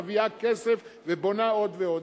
מביאה כסף ובונה עוד ועוד.